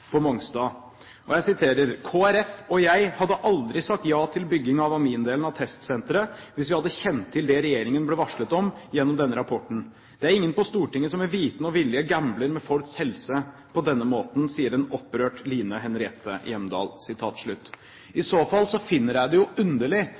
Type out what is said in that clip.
Mongstad. Der sier en opprørt Line Henriette Hjemdal: «KrF og jeg hadde aldri sagt ja til bygging av amindelen av testsenteret hvis vi hadde kjent til det regjeringen ble varslet om gjennom denne rapporten. Det er ingen på Stortinget som med vitende og vilje gambler med folks helse på denne måten.»